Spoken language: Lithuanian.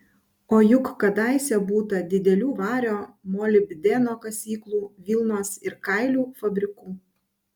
o juk kadaise būta didelių vario molibdeno kasyklų vilnos ir kailių fabrikų